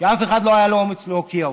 שאף אחד לא היה לו אומץ להוקיע אותם.